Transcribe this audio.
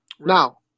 Now